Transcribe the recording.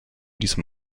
diesem